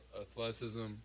athleticism